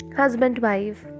husband-wife